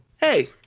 hey